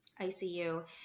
ICU